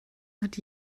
hat